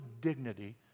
dignity